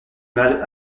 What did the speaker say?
mal